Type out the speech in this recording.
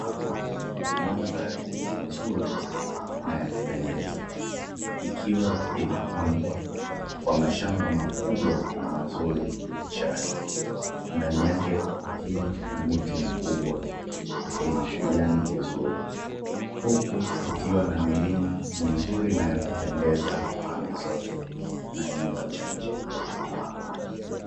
Mandhari nzuri na ya kupendeza ikiwa imepambwa kwa mashamba makubwa na mazuri ya chai, ndani yake kukiwa na miti mikubwa yenye kijani kizuri huku kukiwa na milima mizuri na ya kupendeza pande zote na nyumba chache.